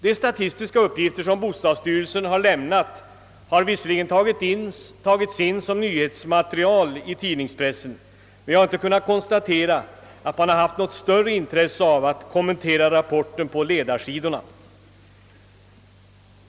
De statistiska uppgifter som bostadsstyrelsen lämnat har visserligen tagits in som nyhetsmaterial i tidningspressen, men jag har inte kunnat konstatera att man haft något större intresse av att kommentera rapporten på ledarsidorna.